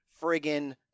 friggin